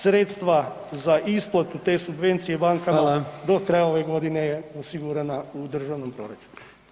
Sredstva za isplatu te subvencije bankama [[Upadica: Hvala vam.]] do kraja ove godine je osigurana u državnom proračunu.